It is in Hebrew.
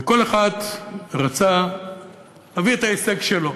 וכל אחד רצה להביא את ההישג שלו,